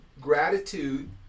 Gratitude